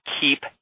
keep